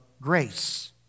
grace